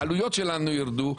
העלויות שלנו ירדו,